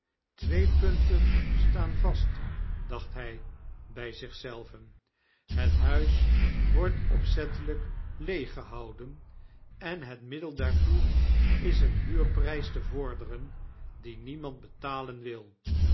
twee punten staan vast dacht hybyzich zelven het huis wordt opzettelijk leeg gehouden en het middel daartoe is een huurpry s te vorderen dien niemand betalen wil